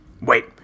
Wait